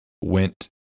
went